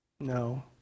No